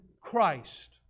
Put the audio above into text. Christ